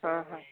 ହଁ ହଁ